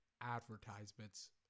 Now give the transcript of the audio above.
advertisements